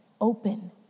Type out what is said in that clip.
open